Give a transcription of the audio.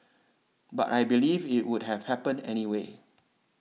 but I believe it would have happened anyway